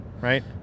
right